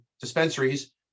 dispensaries